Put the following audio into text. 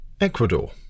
Ecuador